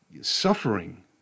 suffering